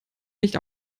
nicht